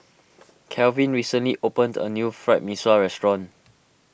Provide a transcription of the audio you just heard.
Calvin recently opened a new Fried Mee Sua restaurant